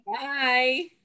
Bye